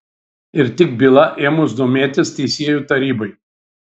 ir tik byla ėmus domėtis teisėjų tarybai